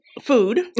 food